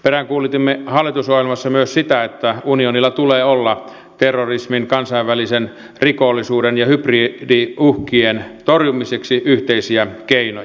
peräänkuulutimme hallitusohjelmassa myös sitä että unionilla tulee olla terrorismin kansainvälisen rikollisuuden ja hybridiuhkien torjumiseksi yhteisiä keinoja